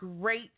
great